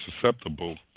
susceptible